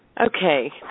Okay